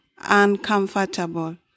uncomfortable